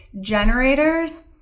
generators